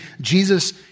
Jesus